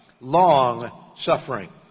long-suffering